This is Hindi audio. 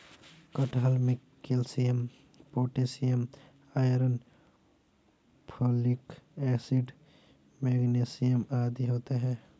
कटहल में calcium potassium iron folic acid magnesium आदि होते हैं